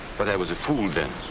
but i was a fool then.